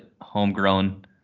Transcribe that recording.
homegrown